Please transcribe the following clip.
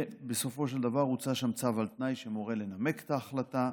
ובסופו של דבר הוצא שם צו על תנאי שמורה לנמק את ההחלטה.